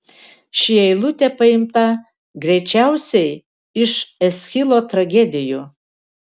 ši eilutė paimta greičiausiai iš eschilo tragedijų